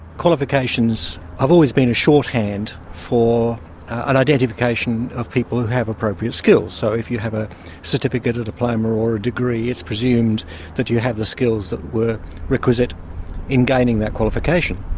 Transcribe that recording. qualifications have always been a shorthand for an identification of people who have appropriate skills. so if you have a certificate, a diploma or a degree it's presumed that you have the skills that were requisite in gaining that qualification.